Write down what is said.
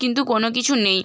কিন্তু কোনো কিছু নেই